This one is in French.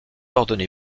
ordonné